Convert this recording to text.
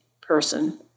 person